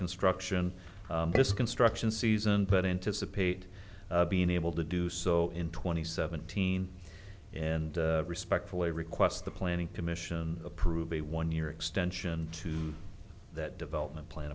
construction this construction season but anticipate being able to do so in twenty seventeen and respectfully request the planning commission approve a one year extension to that development plan